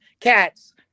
cats